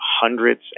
hundreds